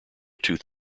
tooth